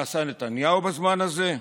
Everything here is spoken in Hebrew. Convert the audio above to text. מה עשה נתניהו בזמן הזה?